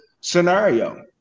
scenario